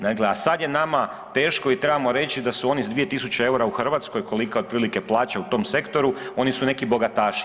Dakle, a sad je nama teško i trebamo reći da su oni s 2 tisuće eura u Hrvatskoj, koliko je otprilike plaća u tom sektoru, oni su nekakvi bogataši.